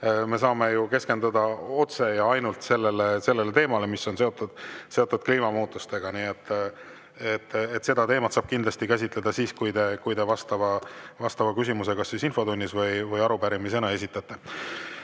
me saame keskenduda otse ja ainult sellele teemale, mis on seotud kliimamuutustega. Nii et seda teemat saab kindlasti käsitleda siis, kui te vastava küsimuse kas infotunnis või arupärimisena esitate.